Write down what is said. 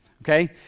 okay